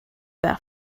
that